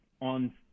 on